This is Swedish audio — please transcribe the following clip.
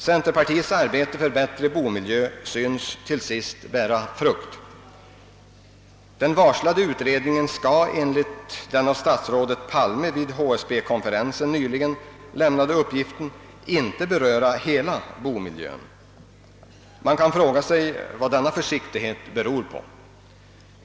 Centerpartiets arbete för bättre bomiljö synes till sist bära frukt. Den varslade utredningen skall enligt den av statsrådet Palme vid HSB konferensen nyligen lämnade uppgiften inte beröra hela bomiljön. Man kan fråga sig vad denna försiktighet beror på.